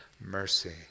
mercy